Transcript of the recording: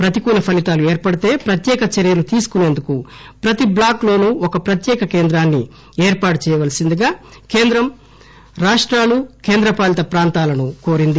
ప్రతికూల ఫలీతాలు ఏర్పడితే ప్రత్యేక చర్యలు తీసుకుసేందుకు ప్రతి బ్లాక్ లోనూ ఒక ప్రత్యేక కేంద్రాన్ని ఏర్పాటు చేయవల్పిందిగా కేంద్ర రాష్టాలు కేంద్ర పాలిత ప్రాంతాలను కోరింది